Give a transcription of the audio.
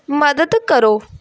ਮਦਦ ਕਰੋ